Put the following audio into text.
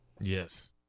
Yes